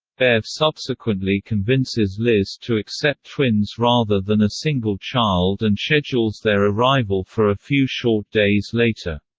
bev subsequently convinces liz to accept twins rather than a single child and schedules their arrival for a few short days later.